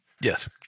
Yes